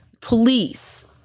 police